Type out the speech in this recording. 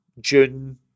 june